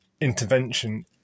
intervention